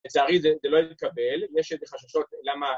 לצערי זה לא יתקבל, יש איזה חששות למה...